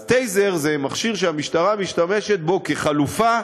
אז טייזר זה מכשיר שהמשטרה משתמשת בו כחלופה,